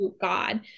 God